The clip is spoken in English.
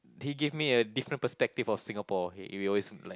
he gave me a different perspective of Singapore we we always like